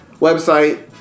website